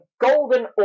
golden